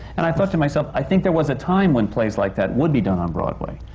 and i thought to myself, i think there was a time when plays like that would be done on broadway.